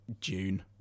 june